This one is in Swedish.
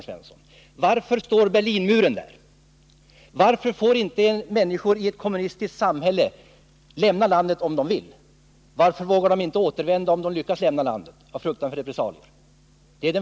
För det första: Varför står Berlinmuren där? Varför får inte människor i ett kommunistiskt samhälle lämna landet om de vill det? Varför vågar de inte återvända, om de lyckas lämna landet, om inte av fruktan för repressalier?